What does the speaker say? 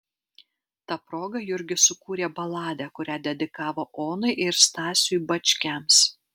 ta proga jurgis sukūrė baladę kurią dedikavo onai ir stasiui bačkiams